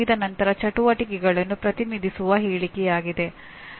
ಆದ್ದರಿಂದ ಪಠ್ಯಕ್ರಮದ ಯೋಜನೆಯನ್ನು ವಿದ್ಯಾರ್ಥಿಗಳ ಪ್ರವೇಶ ವರ್ತನೆಯನ್ನು ಗಮನದಲ್ಲಿಟ್ಟು ಮಾಡಬೇಕು